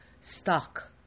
stuck